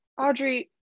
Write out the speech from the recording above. Audrey